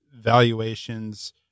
valuations